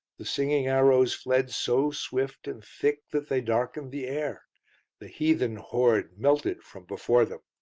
the singing arrows fled so swift and thick that they darkened the air the heathen horde melted from before them.